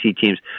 teams